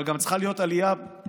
אבל גם צריכה להיות עלייה פנימית,